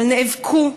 אבל נאבקו,